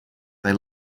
they